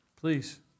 Please